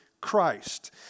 Christ